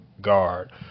guard